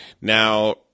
Now